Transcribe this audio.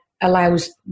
allows